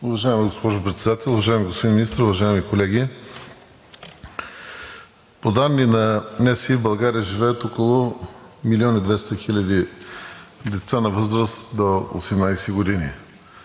Уважаема госпожо Председател, уважаеми господин Министър, уважаеми колеги! По данни на НСИ в България живеят около 1 милион и 200 хиляди деца на възраст до 18 години.